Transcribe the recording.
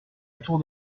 autour